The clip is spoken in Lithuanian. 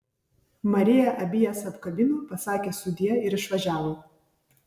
marija abi jas apkabino pasakė sudie ir išvažiavo